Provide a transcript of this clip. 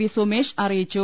V Sumesh അറിയിച്ചു